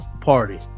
party